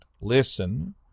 listen